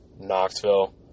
Knoxville